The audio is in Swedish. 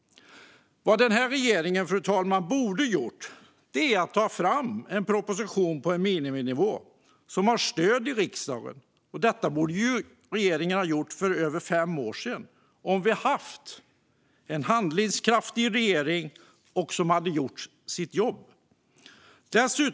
Vad den här regeringen borde ha gjort, fru talman, är att ta fram en proposition på miniminivå som har stöd i riksdagen. Detta skulle regeringen ha gjort för över fem år sedan om vi hade haft en handlingskraftig regering som gjort sitt jobb.